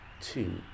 two